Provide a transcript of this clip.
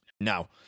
Now